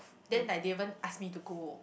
then like they even ask me to go